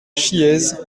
chiéze